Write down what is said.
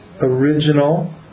original